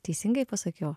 teisingai pasakiau